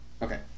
Okay